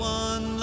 one